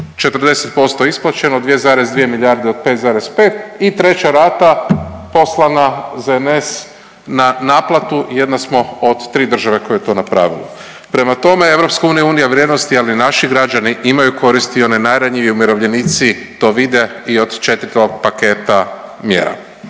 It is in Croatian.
40% isplaćeno 2,2 milijarde od 5,5 i treća rata poslana …/Govornik se ne razumije/…na naplatu, jedna smo od tri države koja je to napravila. Prema tome EU je Unija vrijednosti, ali i naši građani imaju koristi i oni najranjiviji umirovljenici to vide i od 4. paketa mjera,